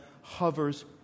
hovers